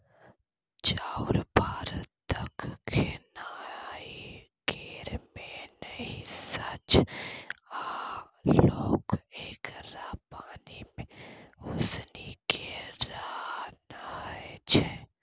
चाउर भारतक खेनाइ केर मेन हिस्सा छै आ लोक एकरा पानि मे उसनि केँ रान्हय छै